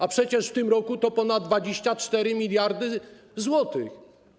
A przecież w tym roku to ponad 24 mld zł.